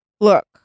look